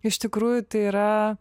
iš tikrųjų tai yra